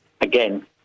again